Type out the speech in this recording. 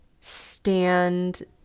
stand